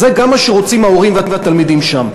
וזה גם מה שרוצים ההורים והתלמידים שם.